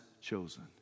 chosen